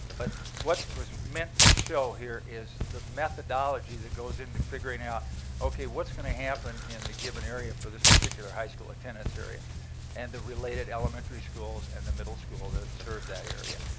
but what was meant to show here is the methodology that goes into figuring out what's going to happen in the given area for this particular high school attendance area and the related elementary schools and the middle school that serve that area.